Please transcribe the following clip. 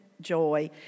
joy